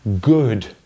good